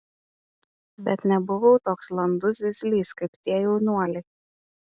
bet nebuvau toks landus zyzlys kaip tie jaunuoliai